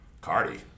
Cardi